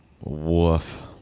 Woof